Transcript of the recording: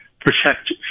protect